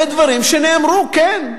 אלה דברים שנאמרו, כן.